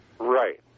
right